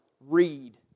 read